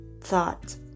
thought